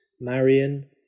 Marion